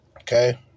okay